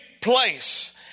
place